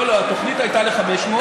לא, לא, התוכנית הייתה ל-500,